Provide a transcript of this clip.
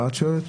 מה את שואלת?